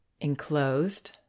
enclosed